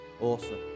Awesome